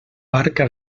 barca